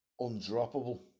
undroppable